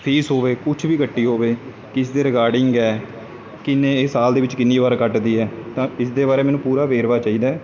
fees ਹੋਵੇ ਕੁਛ ਵੀ ਕੱਟੀ ਹੋਵੇ ਕਿਸ ਦੇ ਰਿਗਾਰਡਿੰਗ ਹੈ ਕਿੰਨੇ ਇਹ ਸਾਲ ਦੇ ਵਿੱਚ ਕਿੰਨੀ ਵਾਰ ਕੱਟਦੀ ਹੈ ਤਾਂ ਇਸ ਦੇ ਬਾਰੇ ਮੈਨੂੰ ਪੂਰਾ ਵੇਰਵਾ ਚਾਹੀਦਾ